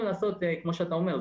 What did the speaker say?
וכמו שאתה אומר,